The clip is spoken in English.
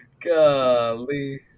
Golly